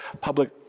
public